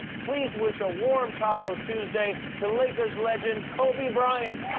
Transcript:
please wish a warm taco tuesday to lakers legend kobe bryant.